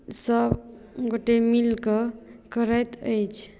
सभ गोटए मिलि कऽ करैत अछि